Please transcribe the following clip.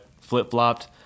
flip-flopped